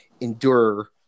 endure